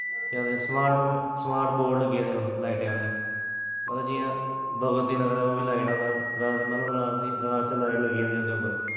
केह् आखदे smart board लग्गे दे लाईटे आह्ले मतलव जियां भगवती नगर ऐ ओह् बी लाईट आह्ला मतलव रात च लाईट जगी आनी ओह्दे उप्पर